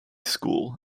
school